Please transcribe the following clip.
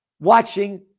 watching